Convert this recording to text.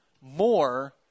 more